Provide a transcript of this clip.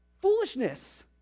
foolishness